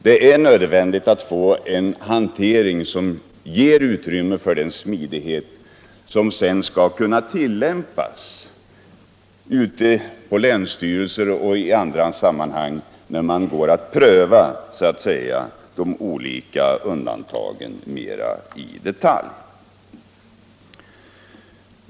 Det är nödvändigt att få en hantering som ger utrymme för smidighet och som sedan kan tillämpas vid länsstyrelserna och i andra sammanhang när de olika undantagen så att säga prövas mera i detalj.